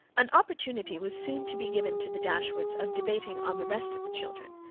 an opportunity was soon to be given to the dashwoods of debating on the rest of the children,